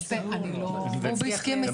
קצת קשה לי להבין